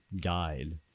guide